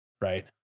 right